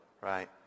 Right